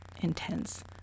intense